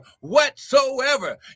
Whatsoever